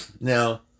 Now